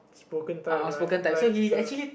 spoken type like like sir